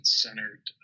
centered